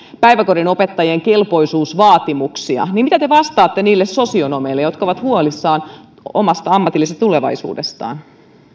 päiväkodin opettajien kelpoisuusvaatimuksia niin mitä te vastaatte niille sosionomeille jotka ovat huolissaan omasta ammatillisesta tulevaisuudestaan